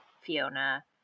fiona